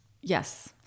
Yes